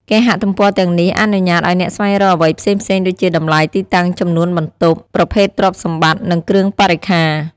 គេហទំព័រទាំងនេះអនុញ្ញាតឱ្យអ្នកស្វែងរកអ្វីផ្សេងៗដូចជា តម្លៃ ទីតាំង ចំនួនបន្ទប់ ប្រភេទទ្រព្យសម្បត្តិ និងគ្រឿងបរិក្ខារ។